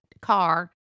car